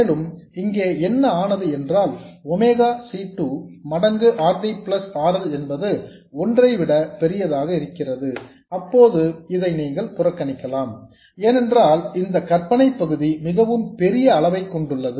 மேலும் இங்கே என்ன ஆனது என்றால் ஒமேகா C 2 மடங்கு R D plus R L என்பது ஒன்றை விட மிக பெரியதாக இருக்கிறது அப்போது இதை நீங்கள் புறக்கணிக்கலாம் ஏனென்றால் இந்த கற்பனைப் பகுதி மிகவும் பெரிய அளவை கொண்டுள்ளது